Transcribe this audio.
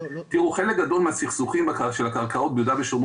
חלק גדול מהסכסוכים של הקרקעות ביהודה ושומרון